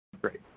Great